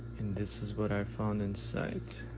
this is what i found inside.